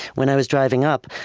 when i was driving up,